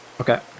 Okay